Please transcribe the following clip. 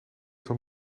van